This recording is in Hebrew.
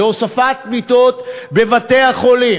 להוספת מיטות בבתי-החולים,